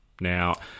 Now